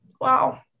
wow